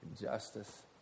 justice